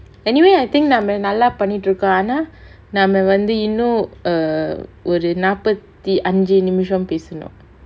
anyway I think நாம நல்லா பண்ணிட்டு இருக்கோம் ஆனா நாம வந்து இன்னும்:naama nallaa pannittu irukkom aanaa naama vanthu innum err ஒரு நாப்பத்தி அஞ்சு நிமிஷம் பேசணும்:oru naappathi anju nimisham pesanum